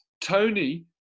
Tony